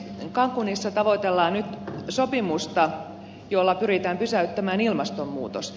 cancunissa tavoitellaan nyt sopimusta jolla pyritään pysäyttämään ilmastonmuutos